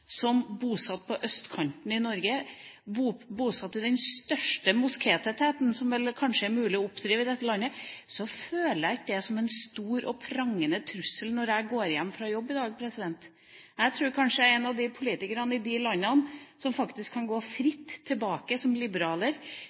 som bosatt på østkanten i Oslo, der man har den største moskétettheten som det kanskje er mulig å oppdrive i dette landet, føler jeg det ikke som en stor og prangende trussel når jeg går hjem fra jobb i dag. Jeg tror kanskje at jeg er en av de politikerne i verden som kan si at jeg faktisk kan gå fritt tilbake som liberaler